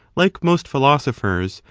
like most philosophers,